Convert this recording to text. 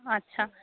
আচ্ছা